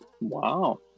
wow